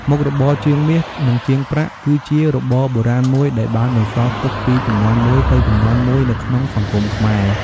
មុខរបរជាងមាស និងជាងប្រាក់ គឺជារបរបុរាណមួយ ដែលបានបន្សល់ទុកពីជំនាន់មួយទៅជំនាន់មួយនៅក្នុងសង្គមខ្មែរ។